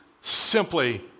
simply